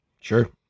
Sure